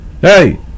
Hey